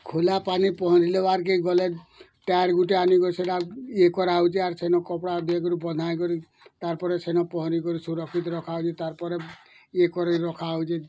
ଖୁଲା ପାନି ପହଁରିବାକେ ଗଲେ ଟାୟାର ଗୁଟେ ଆଣିକରି ୟେ କରାଯାଉଛି ଆର ସେନ କପଡ଼ା ବେଗ୍ରୁ ବନ୍ଧା ହୋଇକରି ତାପରେ ସେନ ପହଁରିକରି ସୁରକ୍ଷିତ ରଖାଯାଉଛି ତାପରେ ୟେ କରି ରଖାହେଉଛି